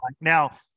now